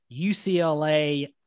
UCLA